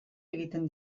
egiten